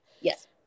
yes